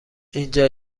اینجا